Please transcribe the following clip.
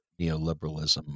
neoliberalism